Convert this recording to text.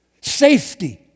safety